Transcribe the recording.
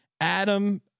Adam